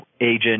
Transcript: agent